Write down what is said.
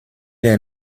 est